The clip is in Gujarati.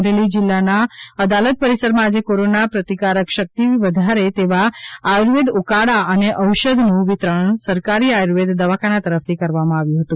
અમરેલીના જિલ્લા અદાલત પરિસરમાં આજે કોરોના પ્રતિકારશક્તિ વધારે તેવા આયુર્વેદ ઉકાળા અને ઔષધનું વિતરણ સરકારી આયુવેદ દવાખાના તરફથી કરવામાં આવ્યું હતું